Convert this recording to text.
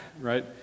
right